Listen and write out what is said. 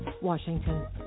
Washington